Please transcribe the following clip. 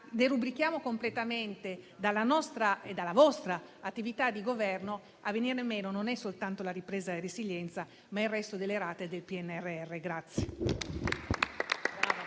derubrichiamo completamente dalla nostra e dalla vostra attività di Governo, a venir meno non sarà soltanto la ripresa e la resilienza, ma il resto delle rate del PNRR.